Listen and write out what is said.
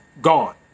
gone